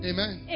Amen